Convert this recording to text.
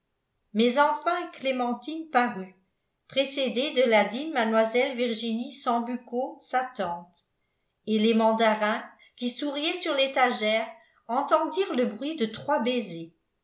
mais enfin clémentine parut précédée de la digne mlle virginie sambucco sa tante et les mandarins qui souriaient sur l'étagère entendirent le bruit de trois baisers